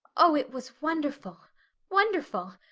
oh, it was wonderful wonderful.